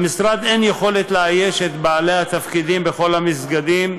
למשרד אין יכולת לאייש את התפקידים בכל המסגדים,